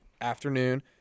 afternoon